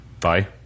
bye